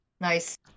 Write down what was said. Nice